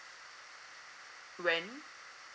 rent